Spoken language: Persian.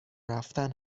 رفتن